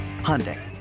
Hyundai